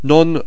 Non